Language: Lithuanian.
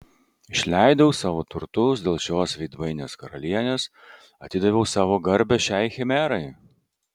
išleidau savo turtus dėl šios veidmainės karalienės atidaviau savo garbę šiai chimerai